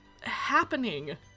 happening